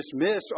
dismiss